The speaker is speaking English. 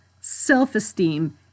self-esteem